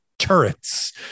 turrets